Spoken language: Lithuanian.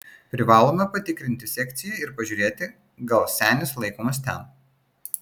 privalome patikrinti sekciją ir pažiūrėti gal senis laikomas ten